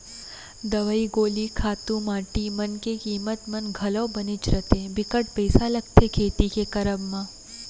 दवई गोली खातू माटी मन के कीमत मन घलौ बनेच रथें बिकट पइसा लगथे खेती के करब म